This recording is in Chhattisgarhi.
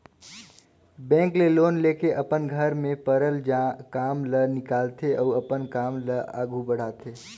बेंक ले लोन लेके अपन घर में परल काम ल निकालथे अउ अपन काम ल आघु बढ़ाथे